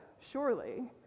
surely